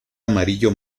amarillo